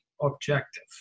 Objective